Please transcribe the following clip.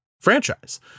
franchise